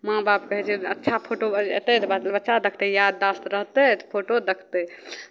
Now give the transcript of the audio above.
माँ बाप कहै छै जे अच्छा फोटो अयतै तऽ बादमे बच्चा देखतै याददाश्त रहतै तऽ फोटो देखतै